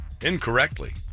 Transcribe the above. incorrectly